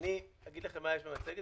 אני אגיד לכם מה יש במצגת,